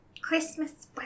Christmas